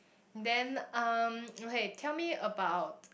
then um okay tell me about